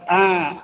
হ্যাঁ